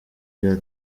bya